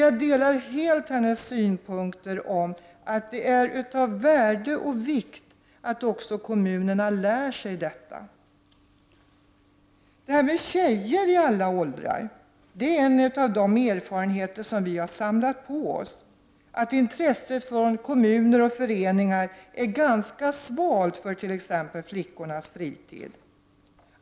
Jag delar helt hennes synpunkter om att det är av värde och vikt att även kommunerna lär sig detta. När det gäller flickor i alla åldrar har vi samlat på oss erfarenheten att intresset från kommuner och föreningar är ganska svalt för t.ex. flickornas fritid.